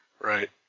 Right